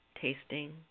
tasting